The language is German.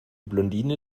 blondine